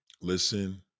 Listen